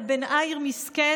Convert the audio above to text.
/ על בן עיר מסכן.